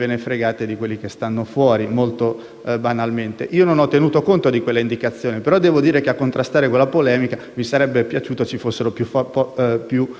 Io non ho tenuto conto di quell'indicazione, ma devo dire che a contrastare quella polemica mi sarebbe piaciuto ci fossero più forze politiche, perché credo che